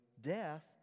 death